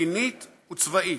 מדינית וצבאית.